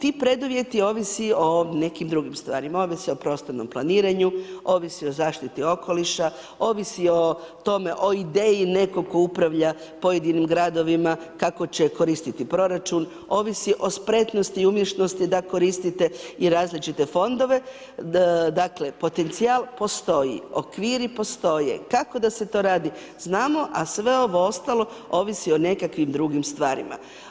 Ti preduvjeti ovise o nekim drugim stvarima, ovi se o prostornom planiranju, ovisi o zaštiti okoliša, ovisi o tome, o ideji nekog tko upravlja pojedinim gradovima kako će koristiti proračun, ovisi o spretnosti i umješnosti da koristite i različite fondove, dakle potencijal postoji, okviri postoje, kako da se to radi znamo, a sve ovo ostalo ovisi o nekakvim drugim stvarima.